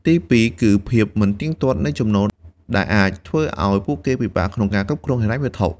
ទីពីរ គឺ ភាពមិនទៀងទាត់នៃចំណូល ដែលអាចធ្វើឱ្យពួកគេពិបាកក្នុងការគ្រប់គ្រងហិរញ្ញវត្ថុ។